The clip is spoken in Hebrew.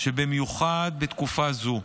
שבמיוחד בתקופה זו,